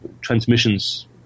transmissions